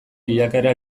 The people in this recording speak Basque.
bilakaera